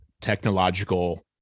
technological